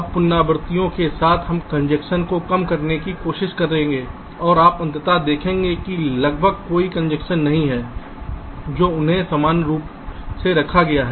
अब पुनरावृत्ति के साथ हम कंजेशन को कम करने कंजेशन को कम करने की कोशिश करते हैं और आप अंततः देखेंगे कि लगभग कोई कंजेशन नहीं है जो उन्हें समान रूप से रखा गया है